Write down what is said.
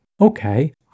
okay